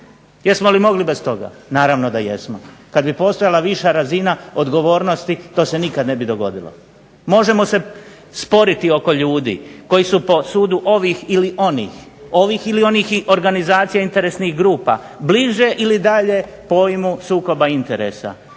Jesmo li mogli bez toga? Naravno da jesmo. Kad bi postojala viša razina odgovornosti to se nikad ne bi dogodilo. Možemo se sporiti oko ljudi koji su po sudu ovih ili onih, ovih ili onih organizacija, interesnih grupa bliže ili dalje pojmu sukoba interesa.